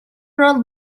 roll